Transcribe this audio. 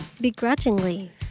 Begrudgingly